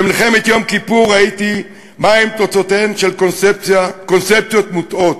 במלחמת יום כיפור ראיתי מהן תוצאותיהן של קונספציות מוטעות.